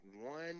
One